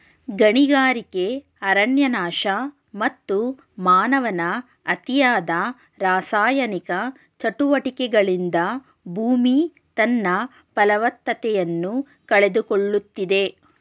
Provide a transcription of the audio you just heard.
ಗಣಿಗಾರಿಕೆ, ಅರಣ್ಯನಾಶ, ಮತ್ತು ಮಾನವನ ಅತಿಯಾದ ರಾಸಾಯನಿಕ ಚಟುವಟಿಕೆಗಳಿಂದ ಭೂಮಿ ತನ್ನ ಫಲವತ್ತತೆಯನ್ನು ಕಳೆದುಕೊಳ್ಳುತ್ತಿದೆ